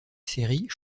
série